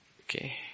Okay